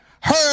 heard